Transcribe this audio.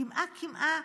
קמעה-קמעה,